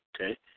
okay